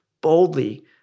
boldly